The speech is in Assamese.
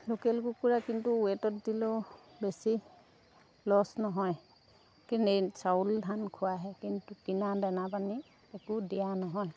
লোকেল কুকুৰা কিন্তু ৱে'টত দিলেও বেছি লছ নহয় কি চাউল ধান খোৱাহে কিন্তু কিনা দানা পানী একো দিয়া নহয়